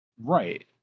right